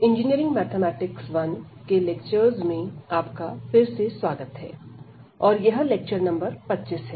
engineering mathematics 1 के lectures में आपका फिर से स्वागत है और यह लेक्चर नंबर 25 है